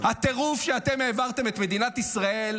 הטירוף שאתם העברתם את מדינת ישראל,